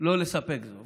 לא לספק את זה.